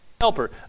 helper